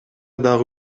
дагы